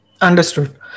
Understood